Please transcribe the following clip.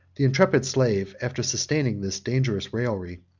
the intrepid slave, after sustaining this dangerous raillery,